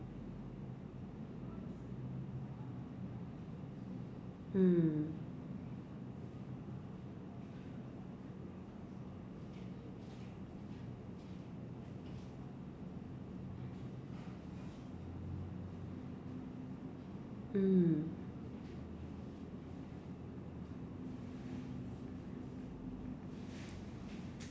mm